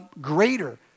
greater